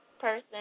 person